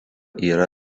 yra